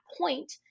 point